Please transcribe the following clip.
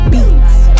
Beats